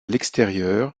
l’extérieur